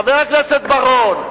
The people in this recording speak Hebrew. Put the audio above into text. חבר הכנסת בר-און.